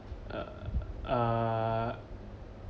err ah